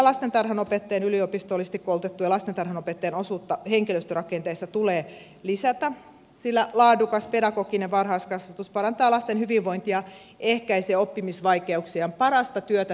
kyllä yliopistollisesti koulutettujen lastentarhanopettajien osuutta henkilöstörakenteessa tulee lisätä sillä laadukas pedagoginen varhaiskasvatus parantaa lasten hyvinvointia ehkäisee oppimisvaikeuksia ja on parasta työtä syrjäytymi sen ehkäisemiseksi